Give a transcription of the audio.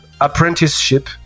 Apprenticeship